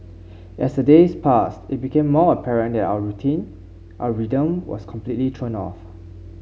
as the days passed it became more apparent that our routine our rhythm was completely thrown off